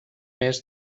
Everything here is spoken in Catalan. més